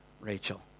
Rachel